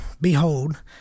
behold